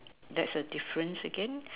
that's a difference again